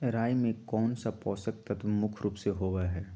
राई में कौन सा पौषक तत्व मुख्य रुप से होबा हई?